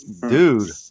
Dude